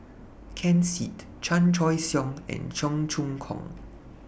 Ken Seet Chan Choy Siong and Cheong Choong Kong